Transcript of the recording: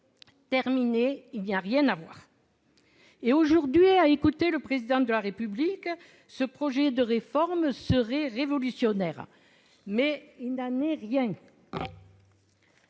Circulez, il n'y a rien à voir. » Exactement ! Aujourd'hui, à écouter le Président de la République, ce projet de réforme serait révolutionnaire. Il n'en est rien